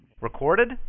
Recorded